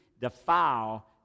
defile